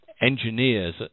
engineers